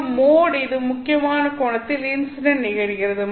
ஒரு மோட் இது முக்கியமான கோணத்தில் இன்சிடென்ட் நிகழ்கிறது